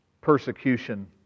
persecution